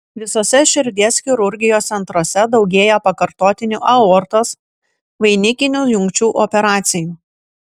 visuose širdies chirurgijos centruose daugėja pakartotinių aortos vainikinių jungčių operacijų